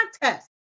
contest